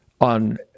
on